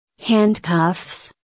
Handcuffs